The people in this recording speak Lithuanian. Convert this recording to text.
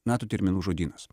nato terminų žodynas